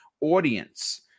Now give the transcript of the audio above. audience